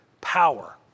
power